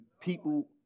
people